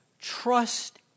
trust